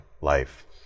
life